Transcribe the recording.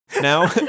now